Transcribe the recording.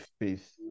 faith